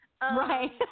Right